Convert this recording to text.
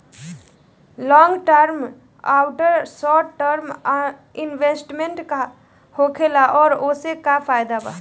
Long term आउर short term investment का होखेला और ओसे का फायदा बा?